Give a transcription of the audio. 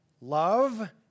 love